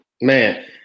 Man